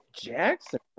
Jackson